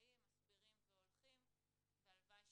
עדיין ילדים,